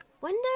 Wonder